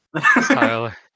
Tyler